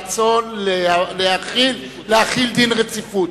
הוא מתנגד לרצון להחיל דין רציפות.